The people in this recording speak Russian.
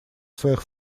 своих